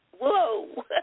whoa